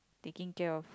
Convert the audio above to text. taking care of